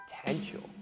potential